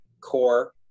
core